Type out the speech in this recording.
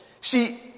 see